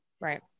Right